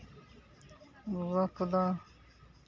ᱜᱚᱜᱚ ᱠᱚᱫᱚ